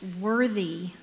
worthy